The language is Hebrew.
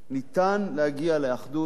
ניתן להגיע לאחדות.